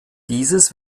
dieses